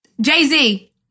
Jay-Z